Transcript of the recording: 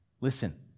Listen